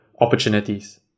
opportunities